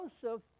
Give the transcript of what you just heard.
joseph